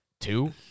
two